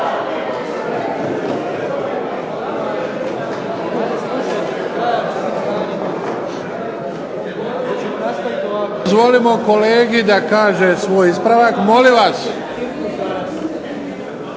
dozvolimo kolegi da kaže svoj ispravak. Molim vas!